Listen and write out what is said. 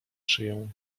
szyję